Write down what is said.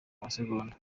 amasegonda